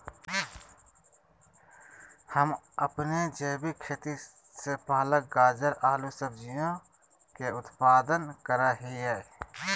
हम अपन जैविक खेती से पालक, गाजर, आलू सजियों के उत्पादन करा हियई